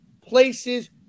places